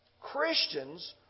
Christians